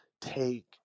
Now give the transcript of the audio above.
take